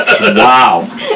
Wow